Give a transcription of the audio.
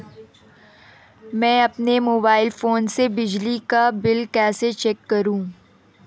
मैं अपने mobile phone से बिजली का बिल कैसे चेक करूं?